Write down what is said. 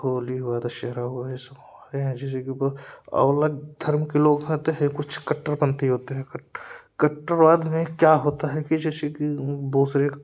होली हुआ दशहरा हुआ यह सब हमारे यहाँ धर्म के लोग कहते हैं कुछ कट्टरपंथी होते हैं कट्टरवाद में क्या होता है कि जैसेकि दूसरे